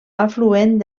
afluent